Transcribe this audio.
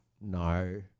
no